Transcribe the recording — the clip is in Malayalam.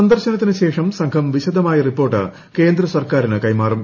സന്ദർശനത്തിന് ശേഷം സംഘം വിശദമായ റിപ്പോർട്ട് കേന്ദ്ര സർക്കാരിന് കൈമാറും